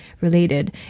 related